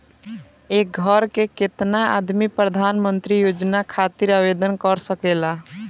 एक घर के केतना आदमी प्रधानमंत्री योजना खातिर आवेदन कर सकेला?